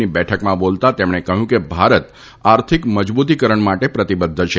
ની બેઠકમાં બોલતા તેમણે કહ્યું કે ભારત આર્થિક મજબૂતીકરણ માટે પ્રતિબધ્ધ છે